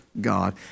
God